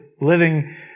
living